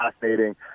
fascinating